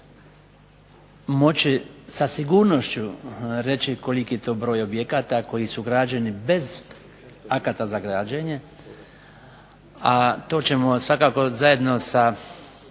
moći sa sigurnošću reći koliki je to broj objekata koji su građeni bez akata za građenje, a to ćemo svakako zajedno sa